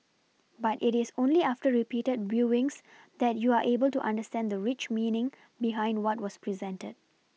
but it is only after repeated viewings that you are able to understand the rich meaning behind what was presented